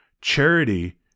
Charity